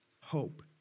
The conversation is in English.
Hope